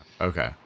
Okay